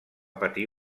patir